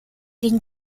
den